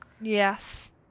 Yes